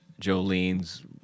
Jolene's